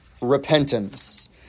repentance